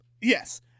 Yes